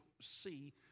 see